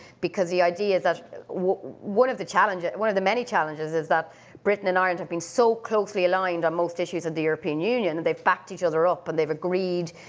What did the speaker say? because the idea is that one of the challenges, one of the many challenges is that britain and ireland have been so closely aligned on most issues of the european union, they've backed each other up and they've agreed,